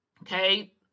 Okay